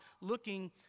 looking